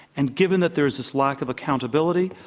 and given that there is this lack of accountability,